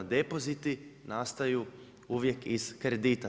Depoziti nastaju uvijek iz kredita.